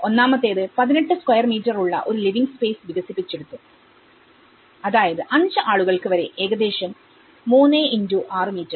ഒന്നാമത്തേത് 18 square metre ഉള്ള ഒരു ലിവിങ് സ്പേസ്വികസിപ്പിച്ചെടുത്തുഅതായത് 5 ആളുകൾക്ക് വരെ ഏകദേശം 36 മീറ്റർ